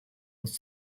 was